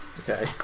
Okay